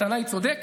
הטענה היא צודקת.